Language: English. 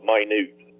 Minute